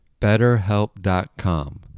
BetterHelp.com